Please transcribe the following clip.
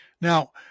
now